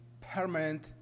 permanent